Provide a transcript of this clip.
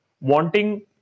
wanting